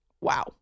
Wow